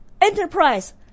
enterprise